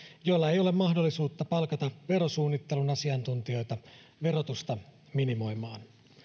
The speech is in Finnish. joilla ei ole mahdollisuutta palkata verosuunnittelun asiantuntijoita verotusta minimoimaan